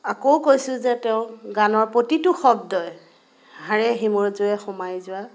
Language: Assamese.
আকৌ কৈছোঁ যে তেওঁ গানৰ প্ৰতিটো শব্দই হাড়ে হিমজুৱে সোমাই যোৱা